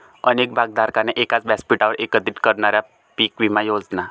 अनेक भागधारकांना एकाच व्यासपीठावर एकत्रित करणाऱ्या पीक विमा योजना